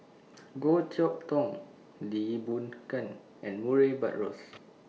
Goh Chok Tong Lee Boon Ngan and Murray Buttrose